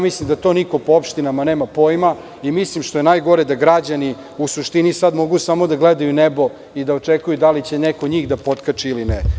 Mislim da to niko po opštinama nema pojma i mislim, što je najgore, da građani u suštini sad mogu samo da gledaju nebo i da očekuju da li će neko njih da potkači ili ne.